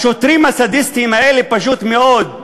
השוטרים הסדיסטים האלה, פשוט מאוד,